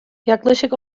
yaklaşık